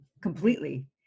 completely